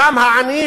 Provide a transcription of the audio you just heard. והנה,